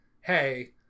hey